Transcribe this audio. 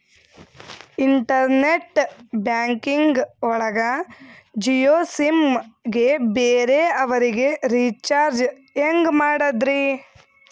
Internet banking ಒಳಗ Jio sim ಗೆ ಬೇರೆ ಅವರಿಗೆ ರೀಚಾರ್ಜ್ ಹೆಂಗ್ ಮಾಡಿದ್ರಿ?